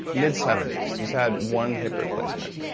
mid-seventies, he's had one hip replacement,